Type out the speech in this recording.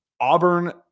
Auburn